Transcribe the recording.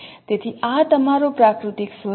તેથી આ તમારું પ્રાકૃતિક સ્વરૂપ છે